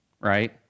right